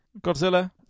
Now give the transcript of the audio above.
Godzilla